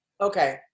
okay